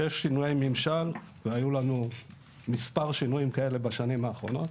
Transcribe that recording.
שיש שינויי ממשל והיו לנו מספר שינויים כאלה בשנים האחרונות,